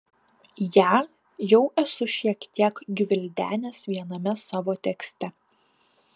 ją jau esu šiek tiek gvildenęs viename savo tekste